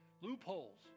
loopholes